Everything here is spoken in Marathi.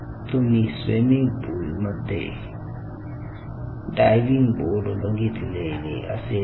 तुम्ही स्विमिंग पूल मध्ये ड्रायव्हिंग बोर्ड बघितलेले असेलच